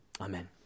Amen